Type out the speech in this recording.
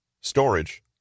Storage